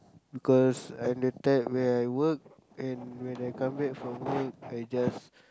because I'm the type where I work and when I come back from work I just